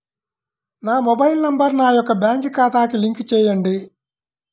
నా mobile number నా యొక్క బ్యాంక్ ఖాతాకి లింక్ చేయండీ?